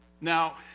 Now